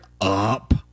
up